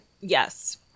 Yes